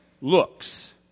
looks